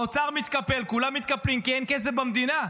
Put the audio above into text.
האוצר מתקפל, כולם מתקפלים, כי אין כסף במדינה.